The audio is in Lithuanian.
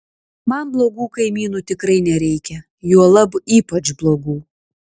man blogų kaimynų tikrai nereikia juolab ypač blogų